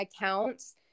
accounts